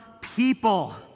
people